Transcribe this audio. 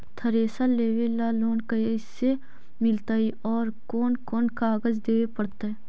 Thresher लेबे ल loan कैसे मिलतइ और कोन कोन कागज देबे पड़तै?